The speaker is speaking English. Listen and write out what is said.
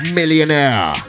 millionaire